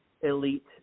elite